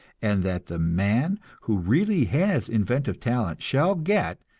and that the man who really has inventive talent shall get,